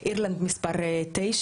אירלנד מספר 9,